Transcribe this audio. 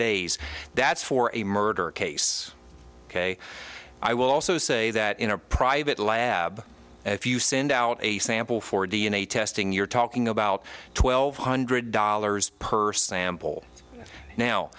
days that's for a murder case ok i will also say that in a private lab if you send out a sample for d n a testing you're talking about twelve hundred dollars purse sample now